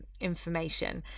information